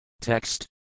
Text